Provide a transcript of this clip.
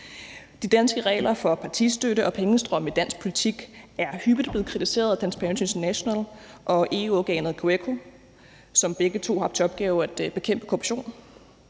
De danske regler for partistøtte og pengestrømme i dansk politik er hyppigt blevet kritiseret af Transparency International og EU-organet GRECO, som begge to har til opgave at bekæmpe korruption.